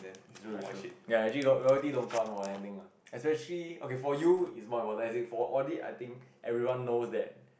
it sure it sure ya actually audit don't count more anything lah especially okay for you is more advertising for audit I think everyone know that